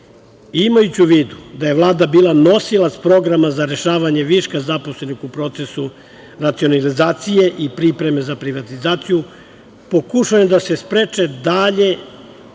života. Imajući u vidu da je Vlada bila nosilac programa za rešavanje viška zaposlenih u procesu racionalizacije i pripreme za privatizaciju, pokušano da se spreči dalje